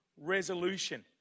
resolution